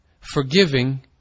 forgiving